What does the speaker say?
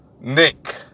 Nick